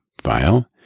file